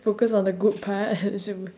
focus on the good part